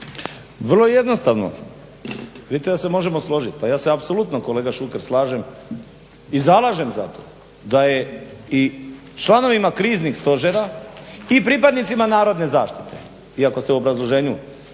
Vrlo jednostavno. Vidite da se možemo složit. Pa ja se apsolutno kolega Šuker slažem i zalažem za to da je i članovima kriznih stožera i pripadnicima narodne zaštite iako ste u obrazloženju